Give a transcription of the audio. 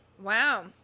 Wow